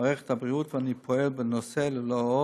למערכת הבריאות, ואני פועל בנושא ללא לאות.